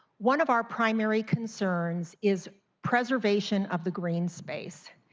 one of our primary concerns is preservation of the green space.